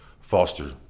foster